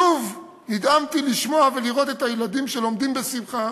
שוב נדהמתי לשמוע ולראות את הילדים שלומדים בשמחה